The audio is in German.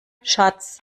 schatz